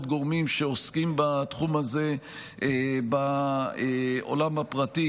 גורמים שעוסקים בתחום הזה בעולם הפרטי.